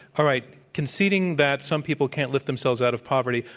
all right. conceding that some people can't lift themselves out of poverty,